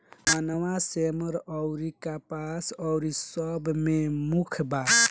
मनवा, सेमर अउरी कपास अउरी सब मे मुख्य बा